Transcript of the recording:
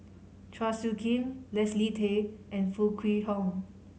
Chua Soo Khim Leslie Tay and Foo Kwee Horng